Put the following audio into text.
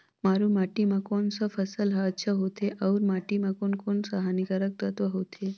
मारू माटी मां कोन सा फसल ह अच्छा होथे अउर माटी म कोन कोन स हानिकारक तत्व होथे?